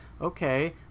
okay